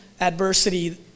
adversity